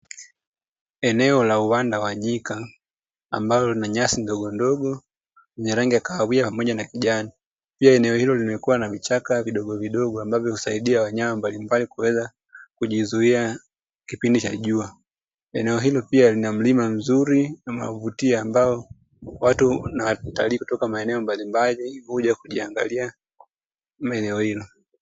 Eneo la uwanda wa nyika ambalo lina nyasi ndogondogo yenye rangi ya kahawia pamoja na kijani. Pia eneo hilo lililokuwa na vichaka vidogovidogo ambavyo husaidia wanyama mbalimbali kuweza kujizuia kipindi cha jua. Eneo hilo pia lina mlima mzuri unaovutia ambao watu na watalii kutoka maeneo mbalimbali huja kuangalia eneo hilo.